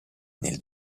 nel